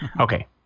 Okay